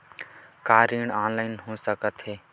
का ऋण ऑनलाइन हो सकत हे?